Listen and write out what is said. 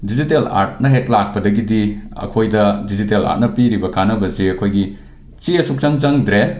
digital ꯑꯥꯔꯠꯅ ꯍꯦꯛ ꯂꯥꯛꯄꯗꯒꯤꯗꯤ ꯑꯩꯈꯣꯏꯗ ꯗꯤꯖꯤꯇꯦꯜ ꯑꯥꯔꯠꯅ ꯄꯤꯔꯤꯕ ꯀꯥꯟꯅꯕꯁꯦ ꯑꯩꯈꯣꯏꯒꯤ ꯆꯦ ꯁꯨꯛꯆꯪ ꯆꯪꯗ꯭ꯔꯦ